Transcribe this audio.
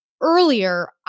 earlier